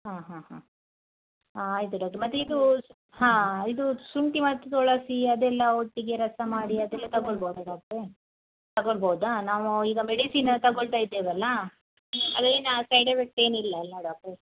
ಹಾಂ ಹಾಂ ಹಾಂ ಹಾಂ ಆಯ್ತು ಡಾಕ್ಟ್ರ್ ಮತ್ತೆ ಇದು ಹಾಂ ಇದು ಶುಂಠಿ ಮತ್ತು ತುಳಸಿ ಅದೆಲ್ಲ ಒಟ್ಟಿಗೆ ರಸ ಮಾಡಿ ಅದೆಲ್ಲ ತಗೊಳ್ಬೋದ ಡಾಕ್ಟ್ರೆ ತಗೊಳ್ಬೋದಾ ನಾವು ಈಗ ಮೆಡಿಸಿನ್ ತಗೊಳ್ತ ಇದ್ದೆವಲ್ಲಾ ಅದೇನು ಸೈಡ್ ಎಫೆಕ್ಟ್ ಏನಿಲ್ಲ ಅಲ್ಲಾ ಡಾಕ್ಟ್ರೆ